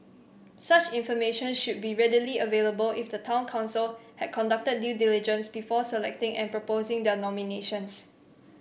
such information should be readily available if the town council had conducted due diligence before selecting and proposing their nominations